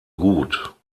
gut